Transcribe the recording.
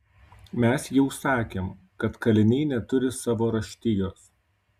mes jau sakėm kad kaliniai neturi savo raštijos